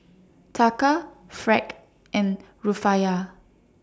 Taka Franc and Rufiyaa